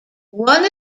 one